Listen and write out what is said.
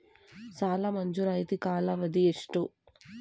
ಸಾಲ ಮಂಜೂರಾತಿ ಕಾಲಾವಧಿ ಎಷ್ಟು?